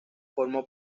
formó